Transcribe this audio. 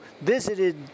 visited